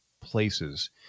places